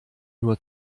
nur